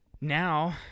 now